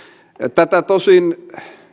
tätä tosin